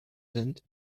sind